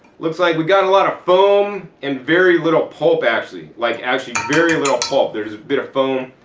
looks like we got a lot of foam and very little pulp, actually. like actually very little pulp. there's a bit of foam.